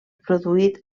produït